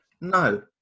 No